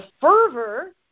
fervor